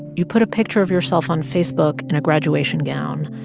you put a picture of yourself on facebook in a graduation gown,